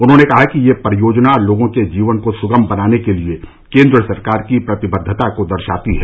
उन्होंने कहा कि यह परियोजना लोगों के जीवन को सुगम बनाने के लिए केन्द्र सरकार की प्रतिबद्धता को दर्शाती है